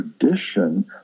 tradition